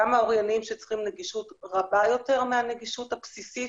גם אותם אוריינים שצריכים נגישות רבה יותר מהנגישות הבסיסית,